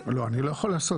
לא, אני לא יכול לעשות